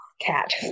cat